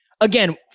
again